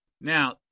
Now